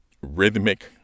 rhythmic